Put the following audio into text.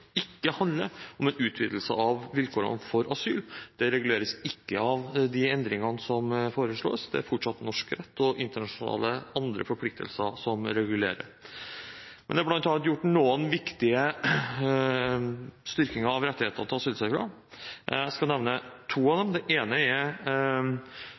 ikke handler om en utvidelse av vilkårene for asyl. Det reguleres ikke av de endringene som foreslås. Det er det fortsatt norsk rett og andre internasjonale forpliktelser som regulerer. Det er bl.a. gjort noen viktige styrkinger av rettighetene til asylsøkere. Jeg skal nevne to av